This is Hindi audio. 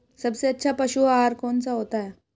सबसे अच्छा पशु आहार कौन सा होता है?